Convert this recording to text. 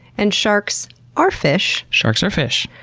and sharks are fish. sharks are fish.